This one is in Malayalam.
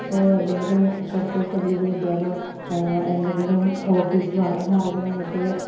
നമ്മൾ ഇപ്പോൾ എവിടെങ്കിലും കുറച്ച് ദിവസം ലീവ് കിട്ടിയാലോ എന്തെങ്കിലും ഓഫീസ് കാര്യമായിട്ട്